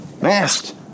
masked